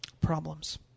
Problems